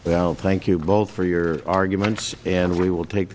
gillon thank you both for your arguments and we will take the